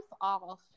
off